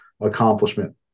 accomplishment